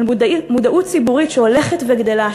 מודעות ציבורית שהולכת וגדלה,